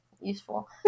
useful